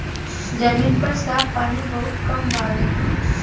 जमीन पर साफ पानी बहुत कम बावे